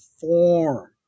form